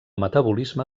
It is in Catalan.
metabolisme